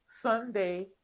Sunday